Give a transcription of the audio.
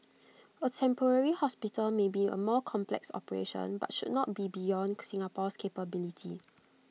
A temporary hospital may be A more complex operation but should not be beyond Singapore's capability